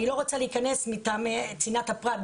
אני לא רוצה להיכנס מטעמי צנעת הפרט,